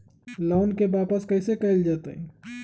Loan के वापस कैसे कैल जतय?